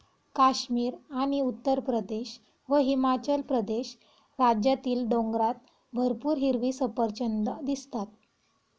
काश्मीर आणि उत्तरप्रदेश व हिमाचल प्रदेश राज्यातील डोंगरात भरपूर हिरवी सफरचंदं दिसतात